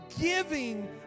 Giving